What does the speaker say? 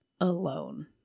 alone